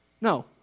no